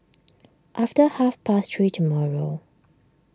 after half past three tomorrow